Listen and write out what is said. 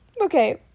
okay